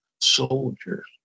soldiers